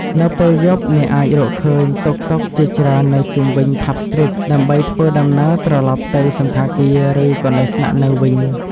នៅពេលយប់ អ្នកអាចរកឃើញ តុកតុក ជាច្រើននៅជុំវិញ ផាប់ ស្ទ្រីត ដើម្បីធ្វើដំណើរត្រឡប់ទៅសណ្ឋាគារ ឬកន្លែងស្នាក់នៅវិញ។